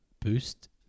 boost